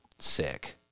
sick